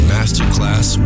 Masterclass